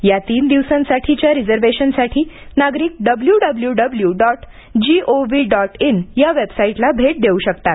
या तीन दिवसांसाठीच्या रिझर्व्हेशनसाठी नागरिक डब्लूडब्लूडब्लू डॉट जीओव्ही डॉट इन या वेबसाईटला भेट देऊ शकतात